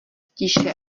tiše